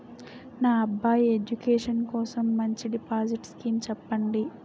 నా అబ్బాయి ఎడ్యుకేషన్ కోసం మంచి డిపాజిట్ స్కీం చెప్పండి